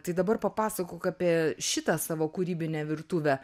tai dabar papasakok apie šitą savo kūrybinę virtuvę